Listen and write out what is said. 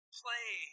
play